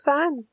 Fun